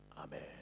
amen